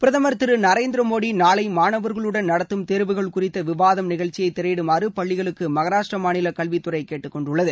பிரதம் திரு நரேந்திர மோடி நாளை மாணவர்களுடன் நடத்தும் தேர்வுகள் குறித்த விவாதம் நிகழ்ச்சியை திரையிடுமாறு பள்ளிகளுக்கு மகாராஷ்டிர மாநில கல்வித் துறை கேட்டுக்கொண்டுள்ளது